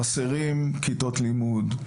חסרים כיתות לימוד.